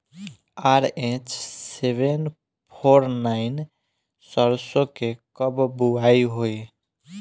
RH seven four nine सरसो के कब बुआई होई?